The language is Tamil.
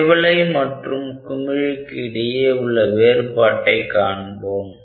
திவலை மற்றும் குமிழிக்கு இடையே உள்ள வேறுபாட்டை காண்போம்